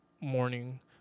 morning